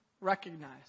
recognize